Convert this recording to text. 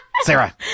Sarah